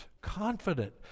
confident